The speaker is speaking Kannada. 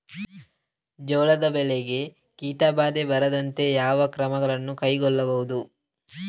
ಜೋಳದ ಬೆಳೆಗೆ ಕೀಟಬಾಧೆ ಬಾರದಂತೆ ಯಾವ ಕ್ರಮಗಳನ್ನು ಕೈಗೊಳ್ಳಬಹುದು?